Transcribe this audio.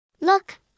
Look